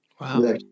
Wow